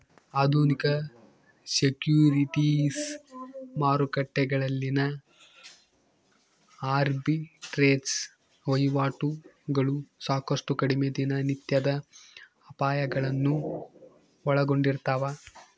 ಆಧುನಿಕ ಸೆಕ್ಯುರಿಟೀಸ್ ಮಾರುಕಟ್ಟೆಗಳಲ್ಲಿನ ಆರ್ಬಿಟ್ರೇಜ್ ವಹಿವಾಟುಗಳು ಸಾಕಷ್ಟು ಕಡಿಮೆ ದಿನನಿತ್ಯದ ಅಪಾಯಗಳನ್ನು ಒಳಗೊಂಡಿರ್ತವ